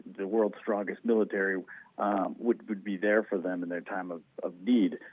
the world's strongest military would would be there for them in their time of of need.